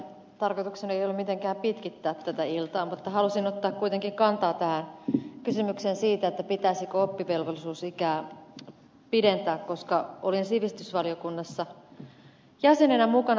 tarkoitukseni ei ole mitenkään pitkittää tätä iltaa mutta halusin ottaa kuitenkin kantaa tähän kysymykseen siitä pitäisikö oppivelvollisuusikää pidentää koska olen sivistysvaliokunnassa jäsenenä mukana